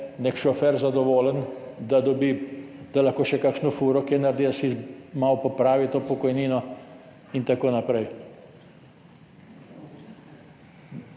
nek šofer zadovoljen, da lahko še kakšno furo kje naredi, da si malo popravi to pokojnino in tako naprej.